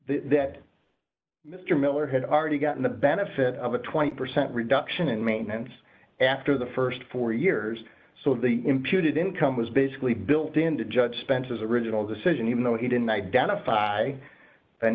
that mr miller had already gotten the benefit of a twenty percent reduction in maintenance after the st four years so the imputed income was basically built in to judge spencer's original decision even though he didn't identify an